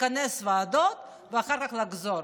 לכנס את הוועדות ואחר כך לחזור.